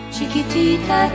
Chiquitita